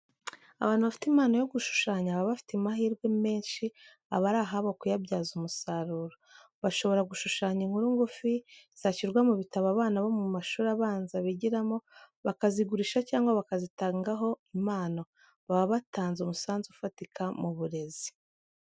Abantu bafite impano yo gushushanya baba bafite amahirwe menshi, aba ari ahabo kuyabyaza umusaruro, bashobora gushushanya inkuru ngufi, zashyirwa mu bitabo abana bo mu mashuri abanza bigiramo, bakazigurisha cyangwa bakazitangaho impano, baba batanze umusanzu ufatika mu burezi .